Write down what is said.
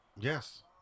Yes